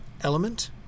element